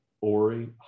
Ori